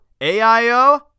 AIO